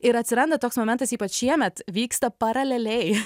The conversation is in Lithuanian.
ir atsiranda toks momentas ypač šiemet vyksta paraleliai